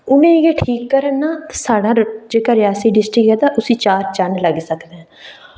उनें गी ठीक करन ना साढ़ा जेह्का रेआसी डिस्ट्रिक ऐ ते उस्सी चार चन्न लग्गी सकदे